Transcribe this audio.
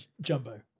jumbo